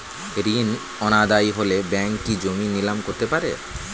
ঋণ অনাদায়ি হলে ব্যাঙ্ক কি জমি নিলাম করতে পারে?